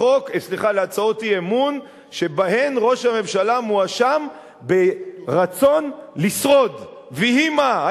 אי-אמון שבהן ראש הממשלה מואשם ברצון לשרוד ויהי מה,